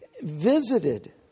visited